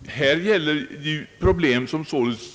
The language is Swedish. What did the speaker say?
och fordrar icke någon dubblering.